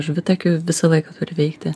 žuvitakių visą laiką turi veikti